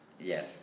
Yes